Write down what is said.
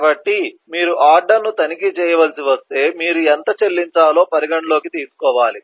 కాబట్టి మీరు ఆర్డర్ను తనిఖీ చేయవలసి వస్తే మీరు ఎంత చెల్లించాలో పరిగణనలోకి తీసుకోవాలి